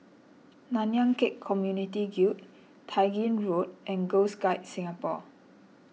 Nanyang Khek Community Guild Tai Gin Road and Girl Guides Singapore